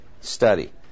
study